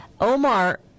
Omar